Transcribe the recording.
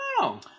Wow